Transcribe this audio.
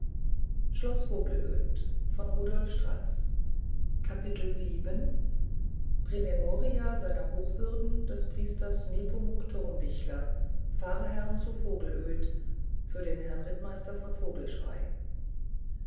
mann promemoria seiner hochwürden des priesters nepomuk thurmbichler pfarrherrn zu vogelöd für den herrn rittmeister von vogelschrey